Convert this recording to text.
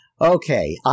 Okay